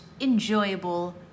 enjoyable